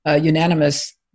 unanimous